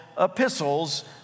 epistles